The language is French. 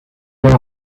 gare